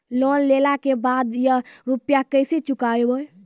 Loan लेला के बाद या रुपिया केसे चुकायाबो?